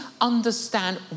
understand